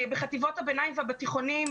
בחטיבות הביניים ובתיכונים,